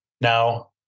now